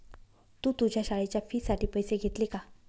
तू तुझ्या शाळेच्या फी साठी पैसे घेतले का?